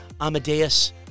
Amadeus